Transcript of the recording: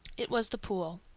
it was the pool.